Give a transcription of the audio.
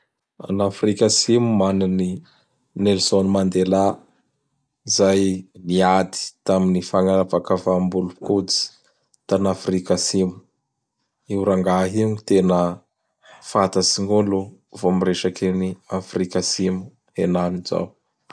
An'Afrika Atsimo mana an'i Nelson Mandela izay niady tamin'ny fagnavakavam-bolo-koditsy tan'Afrika Atsimo. Io rangahy i io gny tena fatatsign'olo la vô miresaky an'i Afrika Atsimo henany zao.